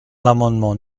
l’amendement